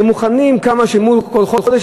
הם מוכנים לכמה שילמו כל חודש,